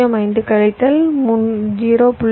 05 கழித்தல் 0